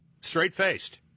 straight-faced